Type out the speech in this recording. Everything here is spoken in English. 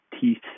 teeth